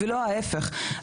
ולא ההפך.